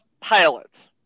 pilot